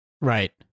Right